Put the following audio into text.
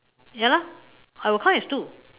ya lah I would count as two